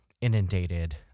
inundated